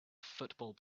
football